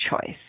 choice